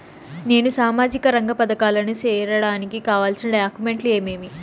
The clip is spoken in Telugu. నేను సామాజిక రంగ పథకాలకు సేరడానికి కావాల్సిన డాక్యుమెంట్లు ఏమేమీ?